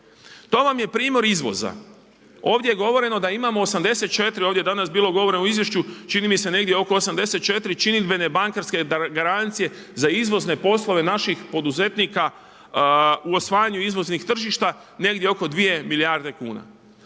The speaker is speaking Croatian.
To vam je primjer izvoza, ovdje je govoreno da imamo 84 ovdje je danas bilo govora u izvješću čini mi se negdje oko 84 činidbene bankarske garancije za izvozne poslove naših poduzetnika u osvajanju izvoznih tržišta negdje oko 2 milijarde kuna.